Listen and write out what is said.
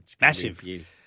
Massive